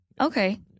Okay